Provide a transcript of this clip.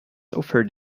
offered